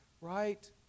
right